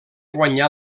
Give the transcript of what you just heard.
guanyà